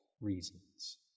reasons